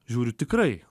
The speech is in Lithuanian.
žiūriu tikrai